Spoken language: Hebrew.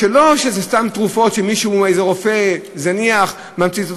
אלה לא סתם תרופות שאיזה רופא זניח ממציא.